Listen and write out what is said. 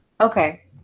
Okay